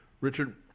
Richard